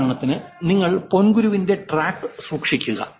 ഉദാഹരണത്തിന് നിങ്ങൾ പോങ്കുരുവിന്റെ ട്രാക്ക് സൂക്ഷിക്കുക